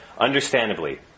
understandably